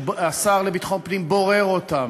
שהשר לביטחון פנים בורר אותם,